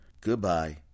Goodbye